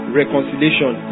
reconciliation